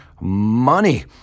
money